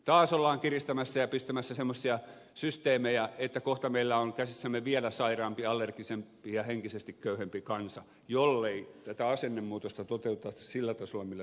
taas ollaan kiristämässä ja pistämässä semmoisia systeemejä että kohta meillä on käsissämme vielä sairaampi allergisempi ja henkisesti köyhempi kansa jollei tätä asennemuutosta toteuteta sillä tasolla millä pitää